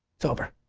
it's over.